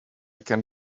can